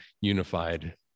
unified